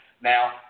Now